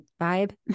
vibe